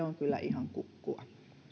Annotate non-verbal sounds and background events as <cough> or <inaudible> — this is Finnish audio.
<unintelligible> on kyllä ihan kukkua